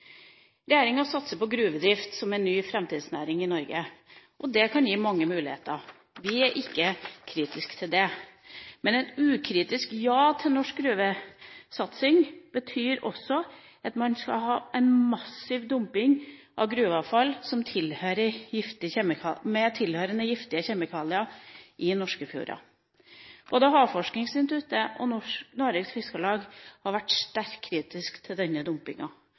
Regjeringa satser på gruvedrift som en ny framtidsnæring i Norge. Det kan gi mange muligheter. Vi er ikke kritiske til det, men et ukritisk ja til norsk gruvesatsing betyr også at man skal ha en massiv dumping av gruveavfall med tilhørende giftige kjemikalier i norske fjorder. Både Havforskningsinstituttet og Noregs Fiskarlag har vært sterkt kritiske til denne dumpinga.